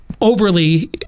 overly